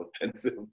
offensive